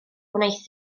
gwnaeth